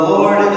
Lord